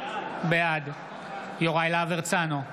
בעד יוראי להב הרצנו,